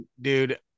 dude